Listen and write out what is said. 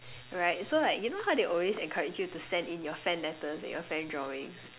right so like you know how they always encourage you to send in your fan letters and your fan drawings